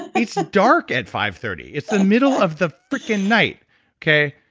it's dark at five thirty. it's the middle of the freaking night okay?